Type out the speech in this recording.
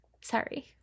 Sorry